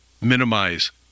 minimize